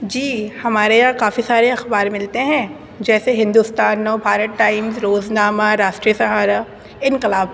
جی ہمارے یہاں کافی سارے اخبار ملتے ہیں جیسے ہندوستان نوبھارت ٹائمز روزنامہ راشٹری سہارا انقلاب